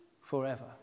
forever